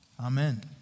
Amen